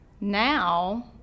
now